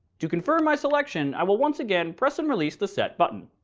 to confirm my selection i will once again press and release the set button.